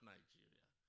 Nigeria